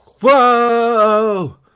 Whoa